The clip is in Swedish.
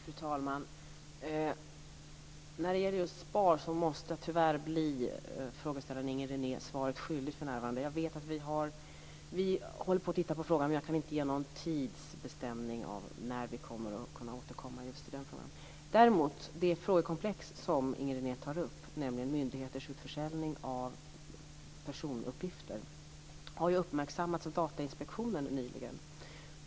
Fru talman! När det gäller just SPAR måste jag tyvärr bli frågeställaren Inger René svaret skyldig för närvarande. Jag vet att vi håller på att titta på frågan, men jag kan inte ge någon tidsbestämning för när vi kommer att kunna återkomma i just den frågan. Däremot har ju det frågekomplex som Inger René tar upp, nämligen myndigheters utförsäljning av personuppgifter, uppmärksammats av Datainspektionen nyligen.